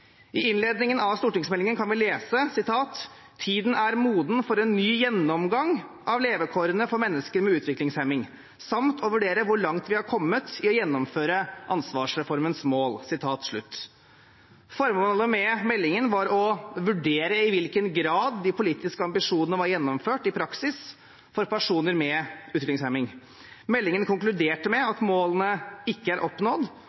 I innledningen av stortingsmeldingen kan vi lese: «Tiden er moden for en ny gjennomgang av levekårene for mennesker med utviklingshemming samt å vurdere hvor langt vi er kommet i å gjennomføre ansvarsreformens mål». Formålet med meldingen var å vurdere i hvilken grad de politiske ambisjonene var gjennomført i praksis for personer med utviklingshemning. Meldingen konkluderte med at målene ikke var oppnådd,